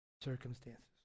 circumstances